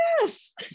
yes